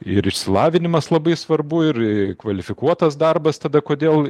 ir išsilavinimas labai svarbu ir kvalifikuotas darbas tada kodėl